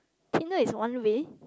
Tinder is one way